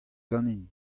ganin